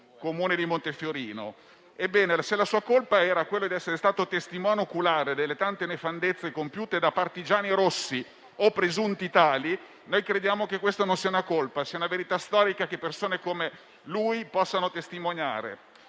Comune di Montefiorino. Se la sua colpa è quella di essere stato testimone oculare delle tante nefandezze compiute da partigiani rossi, o presunti tali, noi crediamo che questa non sia una colpa, ma una verità storica, che persone come lui possono testimoniare.